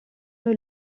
est